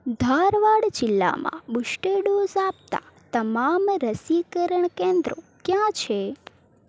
ધારવાડ જિલ્લામાં booster dose આપતાં તમામ રસીકરણ કેન્દ્રો ક્યાં છે